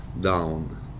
down